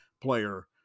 Player